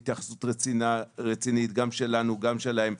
הייתה התייחסות רצינית גם שלנו וגם שלהם,